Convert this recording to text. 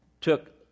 took